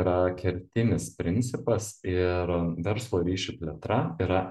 yra kertinis principas ir verslo ryšių plėtra yra